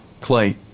Clay